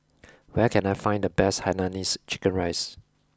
where can I find the best Hainanese chicken rice